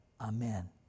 Amen